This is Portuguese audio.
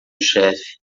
chefe